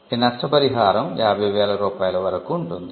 ఈ నష్ట పరిహారం 50000 రూపాయల వరకు ఉంటుంది